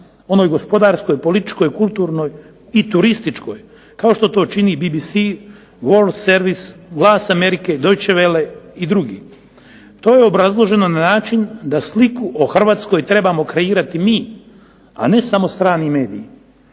onoj gospodarskoj, političkoj, kulturnoj i turističkoj kao što to čini BBC, World servis, Glas Amerike, Deutsche Welle i drugi. To je obrazloženo na način da sliku o Hrvatsko trebamo kreirati mi a ne samo strani mediji.